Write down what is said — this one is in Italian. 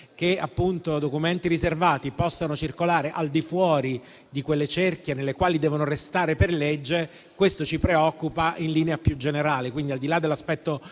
che documenti riservati possano circolare al di fuori di quelle cerchia nelle quali devono restare per legge, questo ci preoccupa in linea più generale.